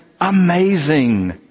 amazing